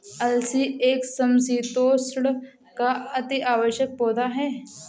अलसी एक समशीतोष्ण का अति आवश्यक पौधा है